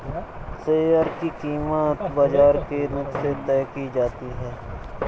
share की कीमत बाजार के रुख से तय की जाती है